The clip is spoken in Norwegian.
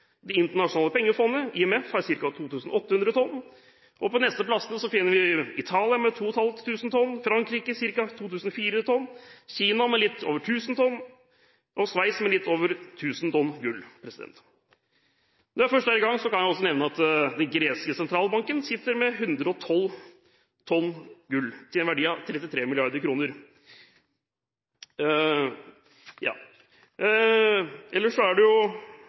Det internasjonale pengefondet, IMF, har ca. 2 800 tonn. På de neste plassene finner vi Italia med ca. 2 500 tonn, Frankrike med ca. 2 400 tonn, Kina med litt over 1 000 tonn og Sveits med litt over 1 000 tonn gull. Når jeg først er i gang, kan jeg også nevne at den greske sentralbanken sitter med ca. 112 tonn gull til en verdi av 33 mrd. kr. Ellers er det